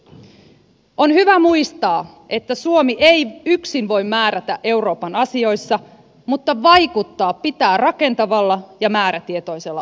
on hyvä muistaa että suomi ei yksin voi määrätä euroopan asioissa mutta vaikuttaa pitää rakentavalla ja määrätietoisella otteella